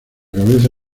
cabeza